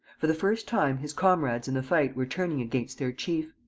for the first time his comrades in the fight were turning against their chief.